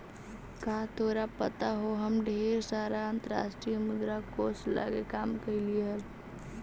का तोरा पता हो हम ढेर साल अंतर्राष्ट्रीय मुद्रा कोश लागी काम कयलीअई हल